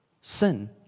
sin